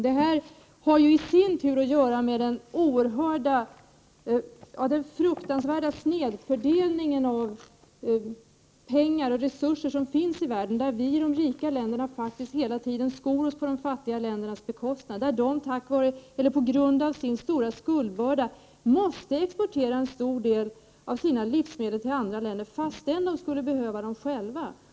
Det här har i sin tur att göra med den fruktansvärda snedfördelningen av pengar och resurser som finns i världen. I de rika länderna skor vi oss faktiskt hela tiden på de fattiga ländernas bekostnad. På grund av sin stora skuldbörda måste de fattiga länderna exportera en stor del av sina livsmedel till andra länder, fastän de skulle behöva dem själva.